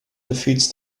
defeats